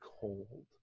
cold